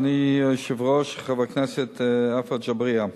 אדוני היושב-ראש, חבר הכנסת עפו אגבאריה,